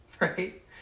right